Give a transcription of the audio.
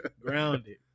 Grounded